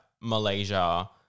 Malaysia